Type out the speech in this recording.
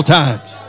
times